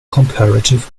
comparative